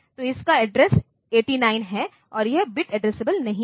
तो इसका एड्रेस 89 है और यह बिट एड्रेसेब्ल नहीं है